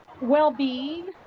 well-being